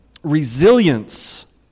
Resilience